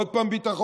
עוד פעם ביטחון,